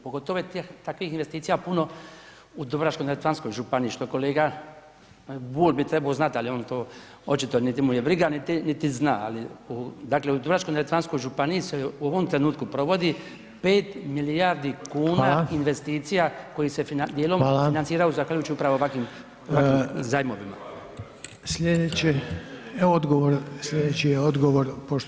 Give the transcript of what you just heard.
Pogotovo je takvih investicija puno u Dubrovačko-neretvanskoj županiji što kolega Bulj bi trebao znati, ali on to očito niti mu je briga niti zna, ali u, dakle u Dubrovačko-neretvanskoj županiji se u ovom trenutku provodi 5 milijardi [[Upadica: Hvala.]] kuna investicija koji se dijelom [[Upadica: Hvala.]] financiraju zahvaljujući upravo ovakvim zajmovima.